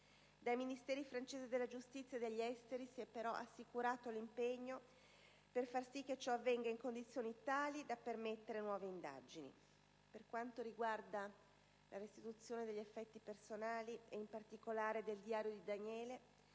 Dai Ministeri francesi della giustizia e degli esteri si è però assicurato l'impegno a far sì che ciò avvenga in condizioni tali da permettere nuove indagini. Per quanto riguarda la restituzione degli effetti personali, in particolare del diario di Daniele,